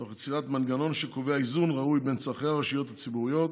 תוך יצירת מנגנון שקובע איזון ראוי בין צורכי הרשויות הציבוריות